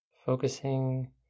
Focusing